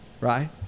Right